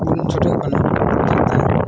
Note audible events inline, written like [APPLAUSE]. ᱠᱩᱨᱩᱢᱩᱴᱩ ᱪᱷᱩᱴᱟᱹᱣ ᱠᱟᱱ [UNINTELLIGIBLE] ᱦᱚᱛᱮᱡ ᱛᱮ